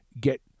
get